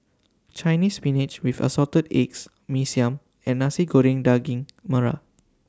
Chinese Spinach with Assorted Eggs Mee Siam and Nasi Goreng Daging Merah